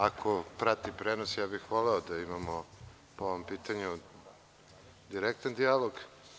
Ako prati prenos, ja bih voleo da imamo po ovom pitanju direktan dijalog.